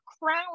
crown